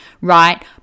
right